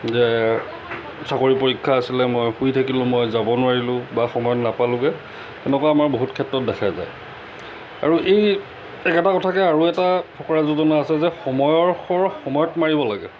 যে চাকৰি পৰীক্ষা আছিলে মই শুই থাকিলোঁ মই যাব নোৱাৰিলোঁ বা সময়ত নাপালোঁগৈ তেনেকুৱা আমাৰ বহুত ক্ষেত্ৰত দেখা যায় আৰু এই একেটা কথাকে আৰু এটা ফকৰা যোজনা আছে যে সময়ৰ শৰ সময়ত মাৰিব লাগে